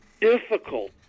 difficult